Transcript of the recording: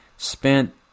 spent